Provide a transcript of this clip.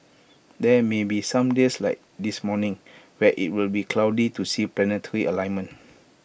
there may be some days like this morning where IT will be too cloudy to see the planetary alignment